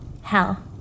hell